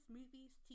movies